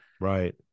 right